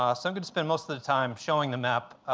um so i'm going to spend most of the time showing the map.